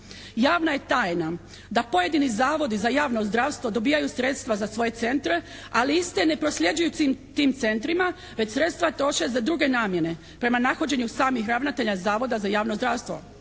Javna je tajna da pojedini zavodi za javno zdravstvo dobijaju sredstva za svoje centra, ali iste ne prosljeđuju tim centrima već sredstva troše za druge namjene, prema nahođenju samih ravnatelja Zavoda za javno zdravstvo.